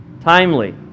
Timely